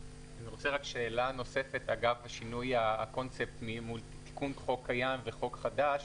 שאלה נוספת אגב שינוי הקונספט מול תיקון חוק קיים וחוק חדש.